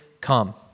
come